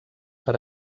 per